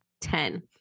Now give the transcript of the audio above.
ten